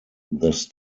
this